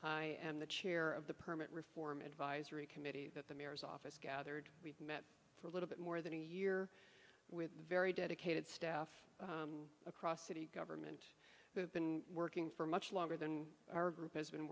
high and the chair of the permit reform advisory committee that the mayor's office gathered we met for a little bit more than a year with a very dedicated staff across city government who have been working for much longer than our group has been